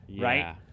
right